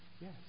Yes